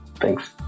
Thanks